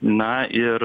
na ir